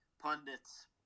pundits